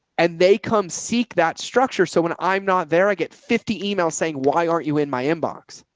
and they come seek that structure. so when i'm not there, i get fifty emails saying, why aren't you in my inbox?